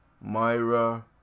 Myra